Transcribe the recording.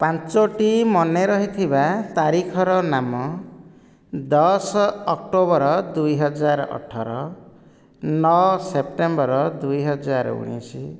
ପାଞ୍ଚୋଟି ମନେ ରହିଥିବା ତାରିଖର ନାମ ଦଶ ଅକ୍ଟୋବର ଦୁଇ ହଜାର ଅଠର ନଅ ସେପ୍ଟେମ୍ବର ଦୁଇ ହଜାର ଉଣେଇଶ